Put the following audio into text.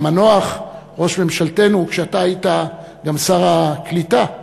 והמנוח ראש ממשלתנו, כשאתה היית גם שר הקליטה,